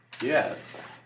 Yes